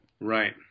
right